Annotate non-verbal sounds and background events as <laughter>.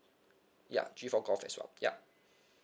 ya G for golf as well ya <breath>